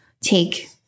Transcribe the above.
take